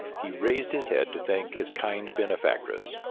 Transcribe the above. he raised his head to thank his kind benefactress.